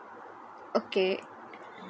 okay